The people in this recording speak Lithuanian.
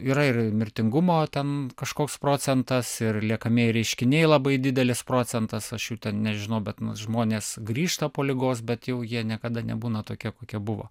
yra ir mirtingumo ten kažkoks procentas ir liekamieji reiškiniai labai didelis procentas aš jų nežinau bet nu žmonės grįžta po ligos bet jau jie niekada nebūna tokie kokie buvo